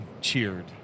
cheered